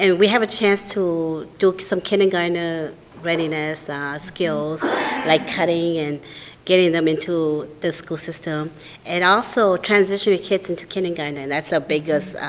and we have a chance to do some kindergartner readiness skills like cutting and getting them into the school system and also transitioning kids into kindergarten. and that's the biggest,